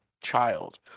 child